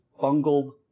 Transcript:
bungled